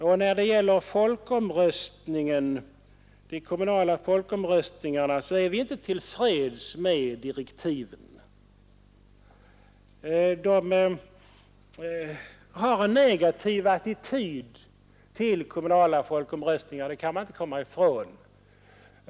Vad beträffar de kommunala folkomröstningarna är vi på vårt håll inte till freds med direktiven. De har en negativ attityd till kommunala folkomröstningar, det kan man inte komma ifrån.